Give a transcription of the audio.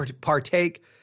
partake